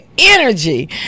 energy